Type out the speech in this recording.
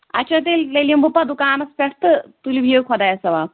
اچھا تیٚلہِ تیٚلہٕ یِمہٕ بہٕ پَتہٕ دُکَانس پٮ۪ٹھ تہٕ تُلِو بِہِو خۄدایَس حوال